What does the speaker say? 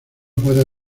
puedes